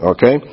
Okay